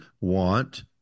want